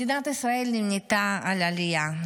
מדינת ישראל נבנתה על עלייה,